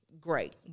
great